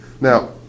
Now